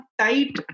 tight